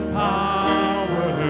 power